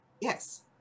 Yes